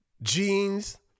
jeans